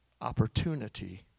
opportunity